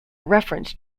reference